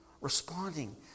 responding